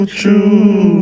true